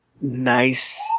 nice